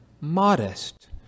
modest